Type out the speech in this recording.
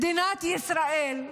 מדינת ישראל,